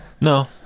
No